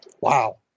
Wow